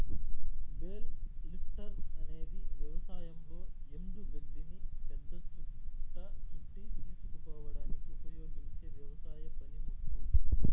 bale lifter అనేది వ్యవసాయంలో ఎండు గడ్డిని పెద్ద చుట్ట చుట్టి తీసుకుపోవడానికి ఉపయోగించే వ్యవసాయ పనిముట్టు